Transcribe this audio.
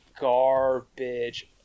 garbage